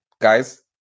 guys